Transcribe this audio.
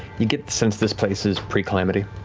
you get the sense this place is pre-calamity,